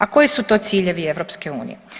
A koji su to ciljevi EU?